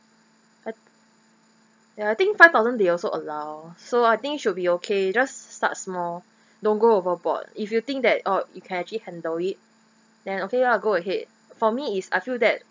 ya I think five thousand they also allow so I think should be okay just start small don't go overboard if you think that oh you can actually handle it then okay lah go ahead for me is I feel that